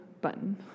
button